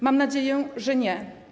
Mam nadzieję, że nie.